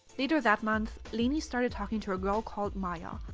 later that month, lainey started talking to a girl called maya.